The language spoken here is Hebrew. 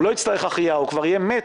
הוא לא יצטרך החייאה, אלא יהיה מת,